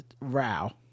row